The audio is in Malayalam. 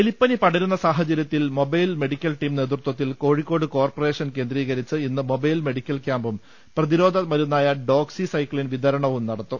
എലിപ്പനി പടരുന്ന സാഹചര്യത്തിൽ മൊബൈൽ മെഡിക്കൽ ടീം നേതൃത്വത്തിൽ കോഴിക്കോട് കോർപറേഷൻ കേന്ദ്രീകരിച്ച് ഇന്ന് മൊബൈൽ മെഡിക്കൽ ക്യാമ്പും പ്രതിരോധ മരുന്നായ ഡോക്സിസൈക്കിൻ വിതരണവും നടത്തും